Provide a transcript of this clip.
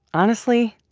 honestly,